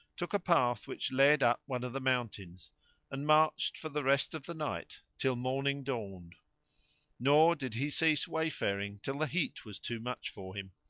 took a path which led up one of the mountains and marched for the rest of the night till morning dawned nor did he cease wayfaring till the heat was too much for him.